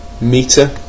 meter